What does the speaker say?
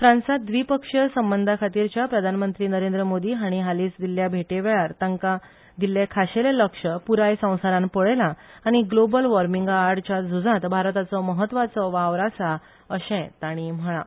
फ्रांसांत व्दिपक्षीय संबंधाखातीरच्या प्रधानमंत्री नरेंद्र मोदी हाणी हालीच दिल्ल्या भेटेवेळार तांका दिल्ले खाशेले लक्ष पुराय संसारान पळयला आनी ग्लोबल वोर्मिंगआडच्या झूजात भारताचो महत्वाचो वावर आसा अशे ताणी म्हळा